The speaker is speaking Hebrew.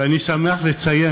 ואני שמח לציין,